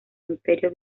imperio